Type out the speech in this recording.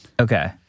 Okay